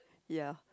ya